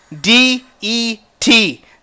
D-E-T